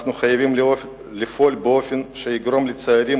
אנחנו חייבים לפעול באופן שיגרום לצעירים